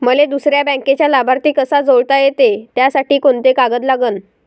मले दुसऱ्या बँकेचा लाभार्थी कसा जोडता येते, त्यासाठी कोंते कागद लागन?